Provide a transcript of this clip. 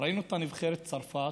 ראינו את נבחרת צרפת,